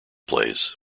plays